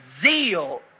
zeal